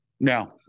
Now